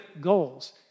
goals